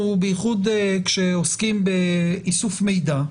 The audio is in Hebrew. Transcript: בייחוד כשאנחנו עוסקים באיסוף מידע,